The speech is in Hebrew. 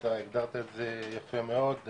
אתה הגדרת את זה יפה מאוד,